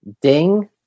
Ding